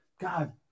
God